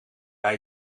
bij